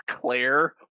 Claire